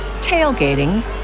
tailgating